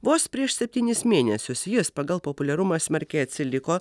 vos prieš septynis mėnesius jis pagal populiarumą smarkiai atsiliko